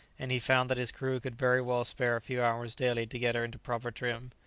and he found that his crew could very well spare a few hours daily to get her into proper trim.